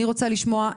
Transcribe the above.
אני רוצה לשמוע,